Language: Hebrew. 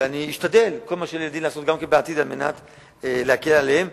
ואני אשתדל לעשות כל מה שלאל ידי גם בעתיד על מנת להקל עליהם,